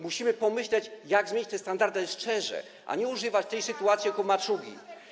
Musimy pomyśleć, jak zmienić te standardy, ale szczerze, a nie używać tej sytuacji jako maczugi.